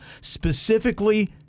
specifically